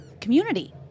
community